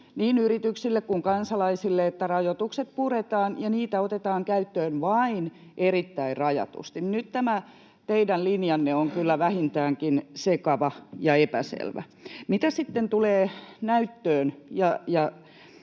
niin yrityksille kuin kansalaisillekin, rajoitukset puretaan ja niitä otetaan käyttöön vain erittäin rajatusti? Nyt tämä teidän linjanne on kyllä vähintäänkin sekava ja epäselvä. Mitä sitten tulee näyttöön